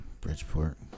Bridgeport